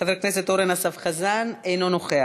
חבר הכנסת אורן אסף חזן, אינו נוכח.